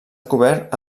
cobert